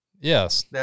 Yes